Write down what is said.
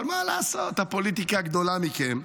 אבל מה לעשות, הפוליטיקה גדולה מכם,